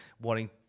wanting